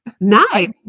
Nice